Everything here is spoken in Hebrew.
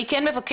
אני כן מבקשת,